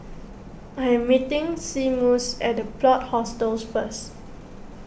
I am meeting Seamus at the Plot Hostels first